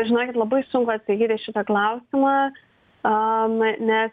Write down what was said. žinokit labai sunku atsakyti į šitą klausimą a ne nes